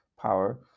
power